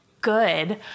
good